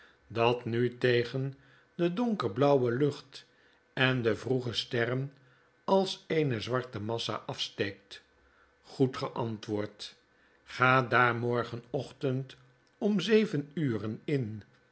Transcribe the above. dat nu tegen de donker blauwe lucht en de vroege sterren als eene zwarte massa afsteekt goed geantwoord ga daar morgenochtend om zeven uren in